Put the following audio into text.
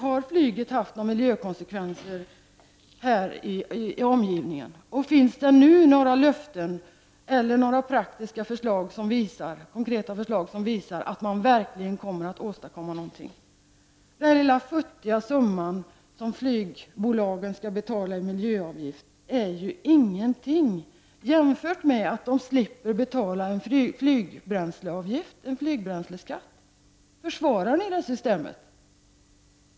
Har flyget haft några miljökonsekvenser i omgivningarna? Finns det nu några löften eller konkreta förslag som visar att man verkligen kommer att åstadkomma någonting? Den lilla futtiga summa som flygbolagen skall betala i miljöavgift är ju ingenting jämfört med att de slipper betala en flygbränsleskatt. Försvarar ni det systemet?